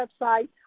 website